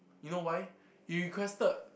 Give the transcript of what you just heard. you know why he requested